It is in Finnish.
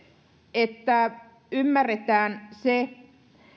että ymmärretään se